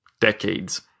decades